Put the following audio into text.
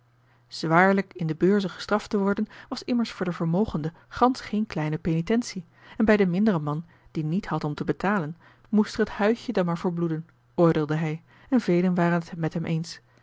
zwaarlijk in de beurze gestraft te worden was immers voor den vermogende gansch geene kleine penitentie en bij den minderen man die niet had om te betalen moest er het huidje dan maar voor bloeden oordeelde hij en velen waren het met hem eens